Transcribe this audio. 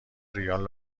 ریال